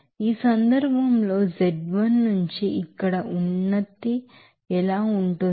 ఈ సందర్భంలో z1 నుంచి ఇక్కడ ఉన్నతి ఎలా ఉంటుందో మీకు తెలుసు